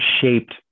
shaped